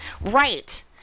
Right